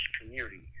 community